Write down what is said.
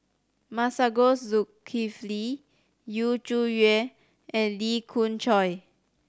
Masagos Zulkifli Yu Zhuye and Lee Khoon Choy